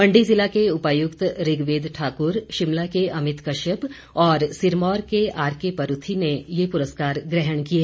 मण्डी जिला के उपायुक्त ऋग्वेद ठाकुर शिमला के अमित कश्यप और सिरमौर के आरके परूथी ने ये पुरस्कार ग्रहण किए